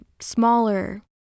smaller